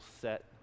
set